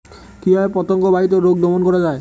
কিভাবে পতঙ্গ বাহিত রোগ দমন করা যায়?